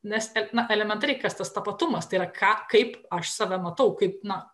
nes na elementariai kas tas tapatumas tai yra ką kaip aš save matau kaip na